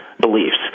beliefs